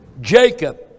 Jacob